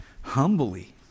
humbly